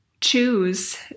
choose